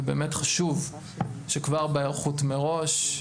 ובאמת חשוב שכבר בהיערכות מראש,